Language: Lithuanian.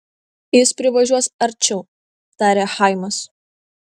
jis privažiuos arčiau tarė chaimas